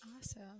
awesome